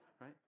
Right